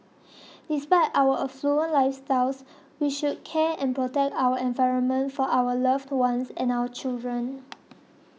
despite our affluent lifestyles we should care and protect our environment for our loved ones and our children